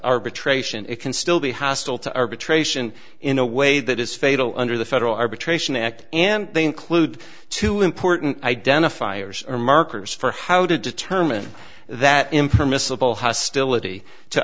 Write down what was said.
arbitration it can still be hostile to arbitration in a way that is fatal under the federal arbitration act and they include two important identifiers or markers for how did determine that impermissible hostility to